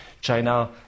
China